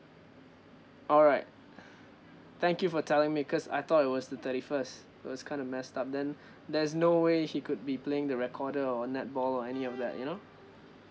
alright ugh thank you for telling me cause I thought it was the thirty first it was kind of messed up then there's no way he could be playing the recorder or netball or any of that you know